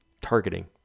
targeting